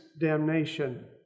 damnation